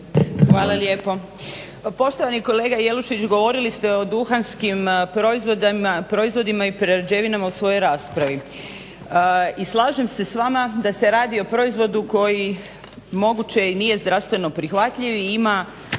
Hvala lijepo. Poštovani kolega Jelušić govorili ste o duhanskim proizvodima i prerađevinama u svojoj raspravi i slažem se s vama da se radi o proizvodu koji moguće i nije zdravstveno prihvatljiv i ima